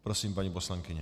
Prosím, paní poslankyně.